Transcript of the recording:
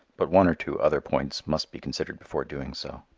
but one or two other points must be considered before doing so.